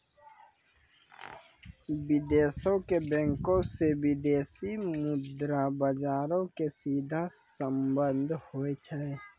विदेशो के बैंको से विदेशी मुद्रा बजारो के सीधा संबंध होय छै